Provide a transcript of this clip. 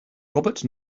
robert